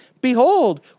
Behold